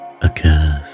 occurs